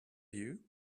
you